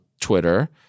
Twitter